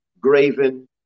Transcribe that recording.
graven